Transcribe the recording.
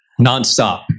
nonstop